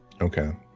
Okay